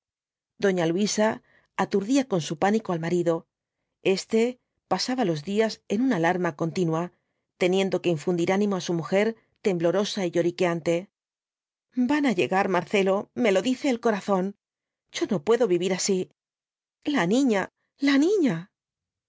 doña luisa aturdía con su pánico al marido este pasaba los días en una alarma continua teniendo que infundir ánimo á su mujer temblorosa y lloriqueante van á llegar marcelo me lo dice el corazón yo no puedo vivir así la niña la niña